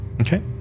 Okay